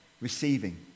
receiving